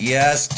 Yes